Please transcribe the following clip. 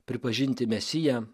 pripažinti mesiją